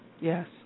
Yes